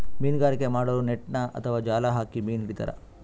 ಮೀನ್ಗಾರಿಕೆ ಮಾಡೋರು ನೆಟ್ಟ್ ಅಥವಾ ಜಾಲ್ ಹಾಕಿ ಮೀನ್ ಹಿಡಿತಾರ್